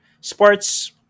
sports